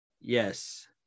Yes